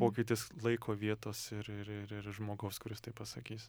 pokytis laiko vietos ir ir ir ir žmogaus kuris tai pasakys